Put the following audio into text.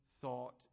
thought